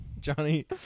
Johnny